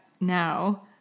now